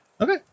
Okay